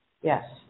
Yes